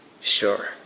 Sure